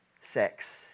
sex